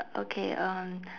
okay um